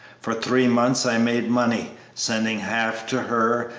for three months i made money, sending half to her,